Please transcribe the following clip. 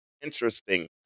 interesting